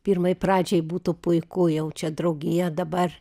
pirmai pradžiai būtų puiku jau čia draugija dabar